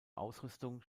ausrüstung